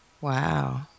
Wow